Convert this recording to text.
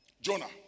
Jonah